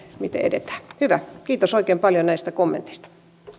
miten edetään hyvä kiitos oikein paljon näistä kommenteista